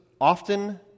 often